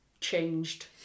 changed